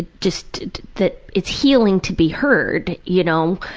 just that it's healing to be heard, you know.